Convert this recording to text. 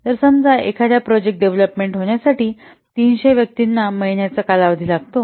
तर समजा एखाद्या प्रोजेक्ट डेव्हलपमेंट होण्यासाठी 300 व्यक्तींना महिन्यांचा कालावधी लागतो